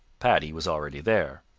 paddy was already there.